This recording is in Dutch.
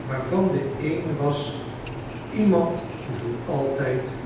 waarvan de eene was iemand voor altijd